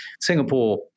Singapore